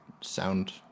sound